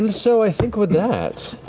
um so i think with that,